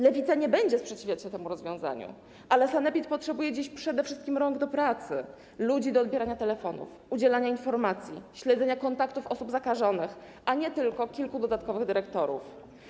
Lewica nie będzie sprzeciwiać się temu rozwiązaniu, ale sanepid potrzebuje dziś przede wszystkim rąk do pracy, ludzi do odbierania telefonów, udzielania informacji, śledzenia kontaktów osób zakażonych, a nie tylko kilku dodatkowych dyrektorów.